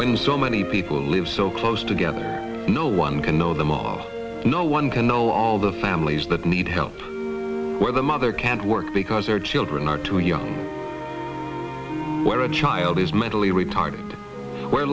wednesday so many people live so close together no one can know them all no one can know all the families that need help where the mother can't work because their children are too young where a child is mentally retarded